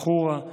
חורה,